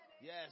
Yes